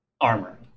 armor